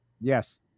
Yes